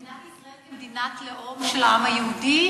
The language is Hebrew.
מדינת ישראל כמדינת לאום של העם היהודי?